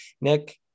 Nick